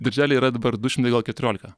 daržely yra dabar du šimtai gal keturiolika